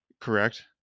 correct